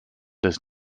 does